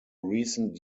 recent